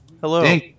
Hello